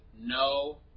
no